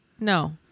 No